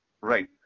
Right